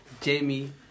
Jamie